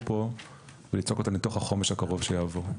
פה וליצוק אותם לתוך החומש הקרוב שיעבור.